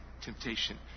temptation